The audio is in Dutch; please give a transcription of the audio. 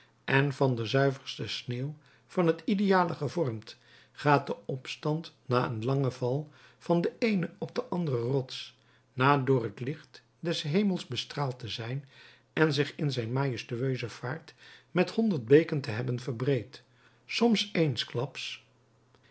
recht en van de zuiverste sneeuw van het ideale gevormd gaat de opstand na een langen val van de eene op de andere rots na door t licht des hemels bestraald te zijn en zich in zijn majestueuze vaart met honderd beken te hebben verbreed soms